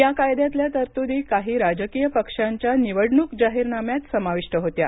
या कायद्यातल्या तरतूदी काही राजकीय पक्षांच्या निवडणूक जाहीरनाम्यात समाविष्ट होत्या